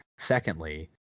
Secondly